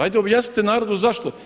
Ajde objasnite narodu zašto.